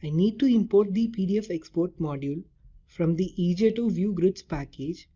i need to import the pdf export module from the e j two vue grids package